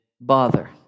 bother